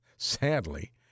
sadly